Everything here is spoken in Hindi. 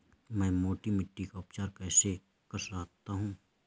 मैं मोटी मिट्टी का उपचार कैसे कर सकता हूँ?